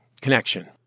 connection